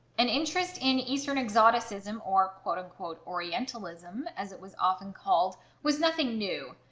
an interest in eastern exoticism or quote-unquote orientalism as it was often called was nothing new.